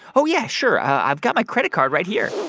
oh, yeah, sure. i've got my credit card right here.